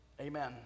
Amen